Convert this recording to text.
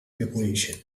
population